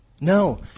No